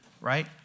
Right